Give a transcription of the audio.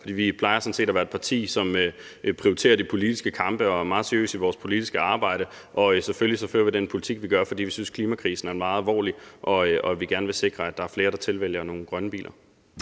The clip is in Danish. for vi plejer sådan set at være et parti, som prioriterer de politiske kampe, og som er meget seriøse i vores politiske arbejde. Og vi fører selvfølgelig den politik, vi gør, fordi vi synes, at klimakrisen er meget alvorlig, og fordi vi gerne vil sikre, at der er flere, der tilvælger de grønne biler.